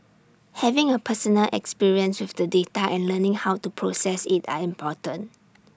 having A personal experience with the data and learning how to process IT are important